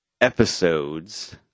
episodes